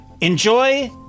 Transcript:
enjoy